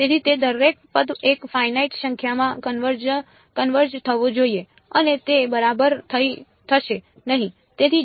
તેથી તે દરેક પદ એક ફાઇનાઇટ સંખ્યામાં કન્વર્જ થવો જોઈએ અને તે બરાબર થશે નહીં